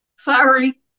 Sorry